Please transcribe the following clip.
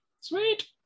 Sweet